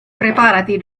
preparati